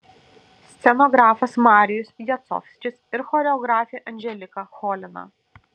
scenografas marijus jacovskis ir choreografė anželika cholina